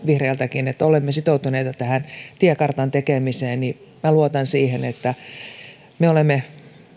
vihreiltäkin että he ovat sitoutuneita tähän tiekartan tekemiseen ja minä luotan siihen että me olemme